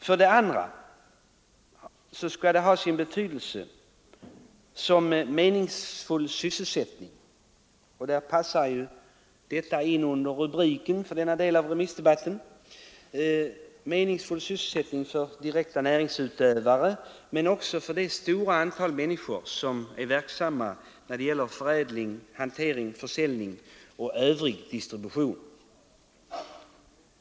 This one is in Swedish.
För det andra har jordbruket sin betydelse som meningsfull sysselsättning — och passar då in under rubriken för denna del av remissdebatten — för direkta näringsutövare, men också för det stora antal som är verksamma när det gäller förädling, hantering, försäljning och övrig distribution.